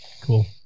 Cool